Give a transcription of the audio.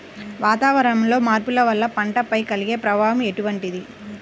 వాతావరణంలో మార్పుల వల్ల పంటలపై కలిగే ప్రభావం ఎటువంటిది?